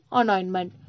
anointment